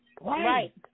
Right